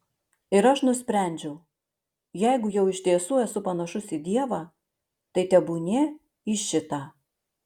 ir aš nusprendžiau jeigu jau iš tiesų esu panašus į dievą tai tebūnie į šitą